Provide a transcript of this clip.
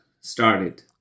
started